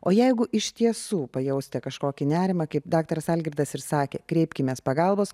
o jeigu iš tiesų pajausite kažkokį nerimą kaip daktaras algirdas ir sakė kreipkimės pagalbos